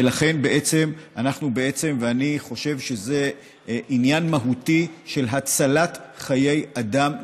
אני חושב שזה עניין מהותי של הצלת חיי אדם.